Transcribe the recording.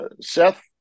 Seth